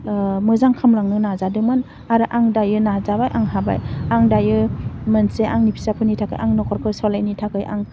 मोजां खामलांनो नाजादोंमोन आरो आं दायो नाजाबाय आं हाबाय आं दायो मोनसे आंनि फिसाफोरनि थाखाय आं नखरखौ सलायनि थाखाय आं